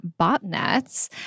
botnets